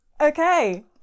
Okay